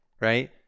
right